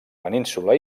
península